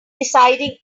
deciding